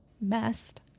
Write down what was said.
messed